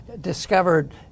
discovered